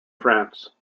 france